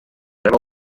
rebre